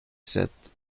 sept